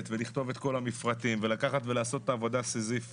לעשות כדי להביא את ישראל למקומות הראשונים בעולם בעשיית עסקים.